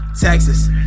Texas